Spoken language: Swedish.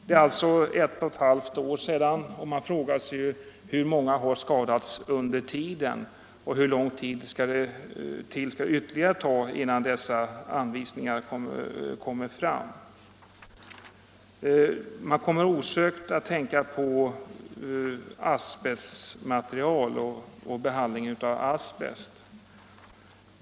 Det är alltså ett och ett halvt år sedan. Man frågar sig hur många som skadats under tiden och hur lång tid ytterligare det skall ta innan dessa anvisningar utfärdas. Man kommer osökt att tänka på behandlingen av asbest.